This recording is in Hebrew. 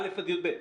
א'-י"ב.